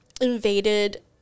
invaded